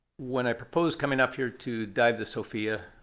when i proposed coming up here to dive the sophia,